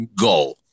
go